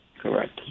Correct